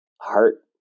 heart